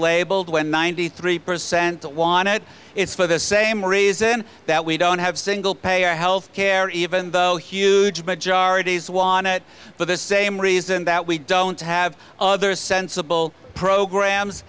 labeled when ninety three percent want it it's for the same reason that we don't have single payer health care even though huge majorities won it for the same reason that we don't have other sensible programs